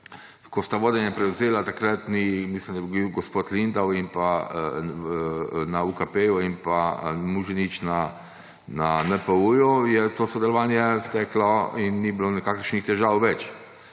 ko sta vodenje prevzela takratni, mislim, da je bil, gospod Lindav na UKP in pa Muženič na NPU, je to sodelovanje steklo in ni bilo nikakršnih težav več.